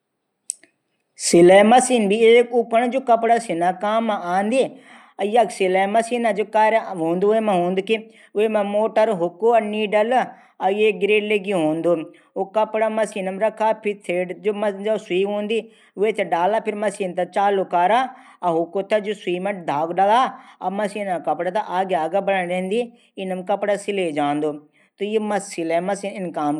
सिलाई मसीन भी एक उपकरण जू कपडा सिना काम मां आंदी यख सिलाई मसीन जू कार्य हूदू। वेमा मोटर हुक नीडल एक गिरल लग्यू हूंदू कपडा थै मसीन मा राखा और फिर थ्रेड सुई वेथे डाला फिर मसीन थै फिर चालू कारा और हुक थै सुई मा घागू डाला फिर मसीन कपडा थै अगने अगने बढाणी रैंदी। और फिर कपडा सिले जांदू। त सिलाई मसीन इन काम करदी।